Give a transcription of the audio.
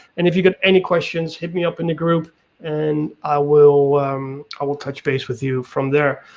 and if you've got any questions hit me up in the group and i will i will touch base with you from there.